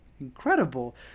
incredible